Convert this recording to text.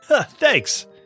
Thanks